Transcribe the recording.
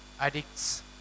addicts